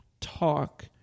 talk